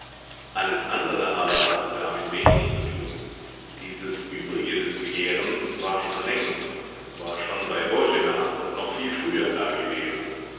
alles andere aber hatte damit wenig zu tun dieses übrige des begehrens war schon längst war schon bei boena und noch viel früher dagewesen